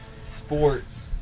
sports